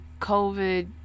COVID